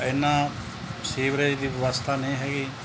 ਐਨੀ sewerage ਦੀ ਵਿਵਸਥਾ ਨਹੀਂ ਹੈਗੀ